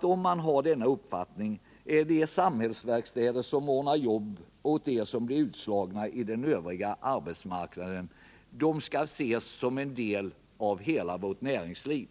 Om man har denna uppfattning skall de samhällsverkstäder som ordnar jobb åt dem som blir utslagna från den övriga arbetsmarknaden ses som en del av hela vårt näringsliv.